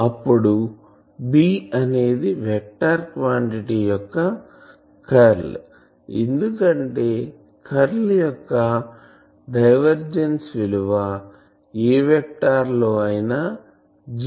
ఇప్పుడు B అనేది vector quantity యొక్క కర్ల్ ఎందుకంటే కర్ల్ యొక్క డైవర్జిన్స్ విలువ ఏ వెక్టార్ లో అయినా జీరో ఉంటుంది